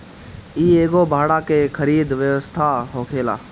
इ एगो भाड़ा के खरीद व्यवस्था होखेला